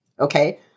Okay